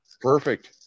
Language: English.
Perfect